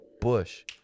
Bush